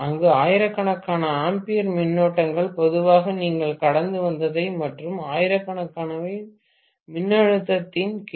அங்கு ஆயிரக்கணக்கான ஆம்பியர் மின்னோட்டங்கள் பொதுவாக நீங்கள் கடந்து வந்தவை மற்றும் ஆயிரக்கணக்கானவை மின்னழுத்தத்தின் கே